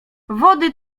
wody